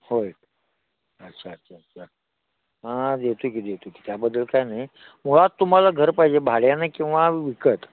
होय अच्छा अच्छा अच्छा हां देतो की देतो की त्याबद्दल काय नाही मुळात तुम्हाला घर पाहिजे भाड्याने किंवा विकत